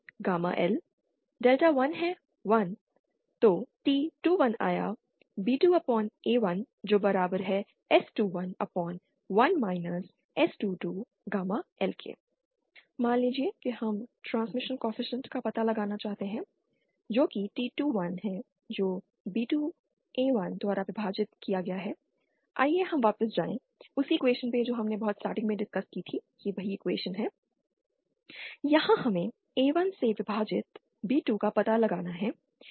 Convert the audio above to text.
T21b2a1P1∆1∆ P1S21 ∆1 S22L ∆11 T21b2a1S211 S22L मान लीजिए कि हम ट्रांसमिशन कॉएफिशिएंट का पता लगाना चाहते हैं जो कि T21 है जो B2 A1 द्वारा विभाजित किया गया है आइए हम वापस जाएं inb1a1P1∆1P2∆2∆ P1S11 P2S21LS12 ∆1 S22L ∆11 S22L ∆21 inS11S12LS211 S22L यहां हमें A1 से विभाजित B2 का पता लगाना है